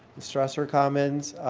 the strasser commons.